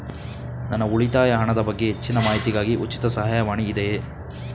ನನ್ನ ಉಳಿತಾಯ ಹಣದ ಬಗ್ಗೆ ಹೆಚ್ಚಿನ ಮಾಹಿತಿಗಾಗಿ ಉಚಿತ ಸಹಾಯವಾಣಿ ಇದೆಯೇ?